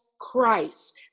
Christ